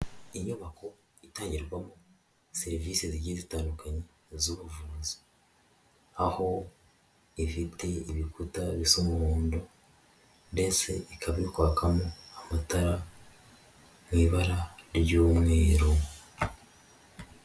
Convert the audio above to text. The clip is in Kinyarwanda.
Inyubako itangirwamo serivisi zigiye zitandukanye z'ubuvuzi, aho ifite ibikuta bisa umuhondo, ndetse ikaba iri kwakamo amatara mu ibara ry'umweru.